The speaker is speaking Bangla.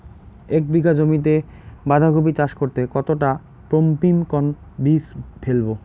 এক বিঘা জমিতে বাধাকপি চাষ করতে কতটা পপ্রীমকন বীজ ফেলবো?